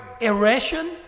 erosion